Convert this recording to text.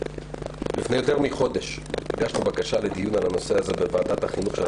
לפני יותר מחודש הגשנו בקשה לדיון בנושא הזה בוועדת החינוך של הכנסת.